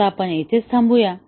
आता आपण येथे थांबूया